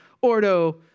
ordo